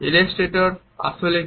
Illustrator আসলে কি